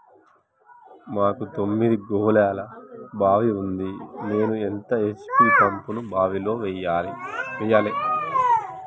మాకు తొమ్మిది గోళాల బావి ఉంది నేను ఎంత హెచ్.పి పంపును బావిలో వెయ్యాలే?